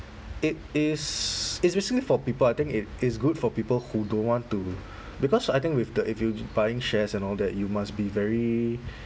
it is it's basically for people I think it is good for people who don't want to because I think with the if you buying shares and all that you must be very